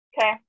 Okay